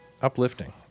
uplifting